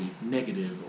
negative